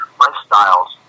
lifestyles